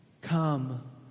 Come